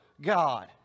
God